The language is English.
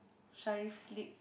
Sharif Sleeq